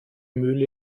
mühle